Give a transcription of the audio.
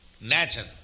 Natural